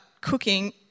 cooking